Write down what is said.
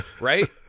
right